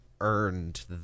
earned